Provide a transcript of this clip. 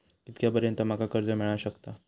कितक्या पर्यंत माका कर्ज मिला शकता?